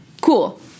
Cool